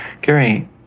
Gary